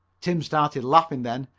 tim started laughing then,